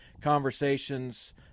conversations